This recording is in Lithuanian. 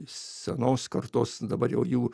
senos kartos dabar jau jų